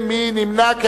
מי נמנע?